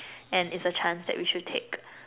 and it's a chance that we should take